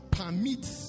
permit